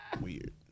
Weird